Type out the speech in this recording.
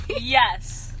Yes